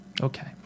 Okay